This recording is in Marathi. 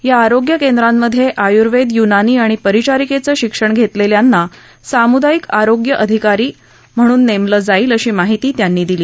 या आरोग्य केंद्रांमध्ये आय्र्वेद यूनानी आणि परिचारिकेचं शिक्षण घेतलेल्यांना साम्दायिक आरोग्य अधिकारी म्हणून नेमलं जाईल अशी माहिती त्यांनी दिली